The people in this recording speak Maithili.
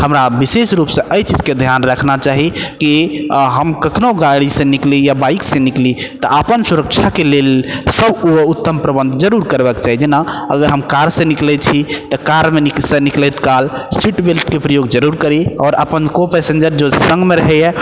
हमरा विशेष रुपसँ अहि चीजके ध्यान रखना चाही कि तऽ हम कखनो गाड़ीसँ निकली या बाइकसँ निकली तऽ अपन सुरक्षाके लेल सबके उत्तम प्रबन्ध जरुर करबाक चाही जेना अगर हम कारसँ निकलै छी तऽ कारसँ निकलैत काल सीट बेल्टके प्रयोग जरुर करी आओर अपन को पैसेन्जर जे सङ्गमे रहैए